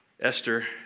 Esther